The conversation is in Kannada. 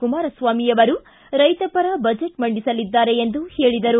ಕುಮಾರಸ್ವಾಮಿ ಅವರು ರೈತಪರ ಬಜೆಟ್ ಮಂಡಿಸಲಿದ್ದಾರೆ ಎಂದು ಹೇಳಿದರು